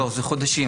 זה חודשים.